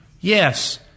Yes